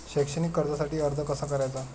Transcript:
शैक्षणिक कर्जासाठी अर्ज कसा करायचा?